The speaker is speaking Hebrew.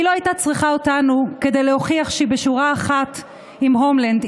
היא לא הייתה צריכה אותנו כדי להוכיח שהיא בשורה אחת עם הומלנד,